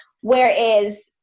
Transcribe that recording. Whereas